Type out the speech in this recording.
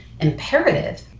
imperative